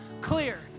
clear